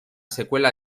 secuela